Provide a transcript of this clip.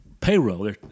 payroll